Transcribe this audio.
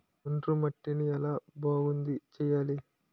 ఒండ్రు మట్టిని ఎలా బాగుంది చేయాలి?